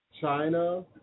China